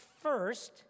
first